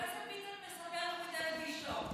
אחרי זה ביטן מספר איך הוא התאהב באשתו.